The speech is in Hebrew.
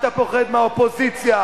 אתה פוחד מהאופוזיציה.